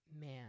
man